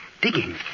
Digging